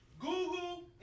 Google